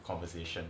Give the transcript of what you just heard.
conversation